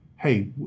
hey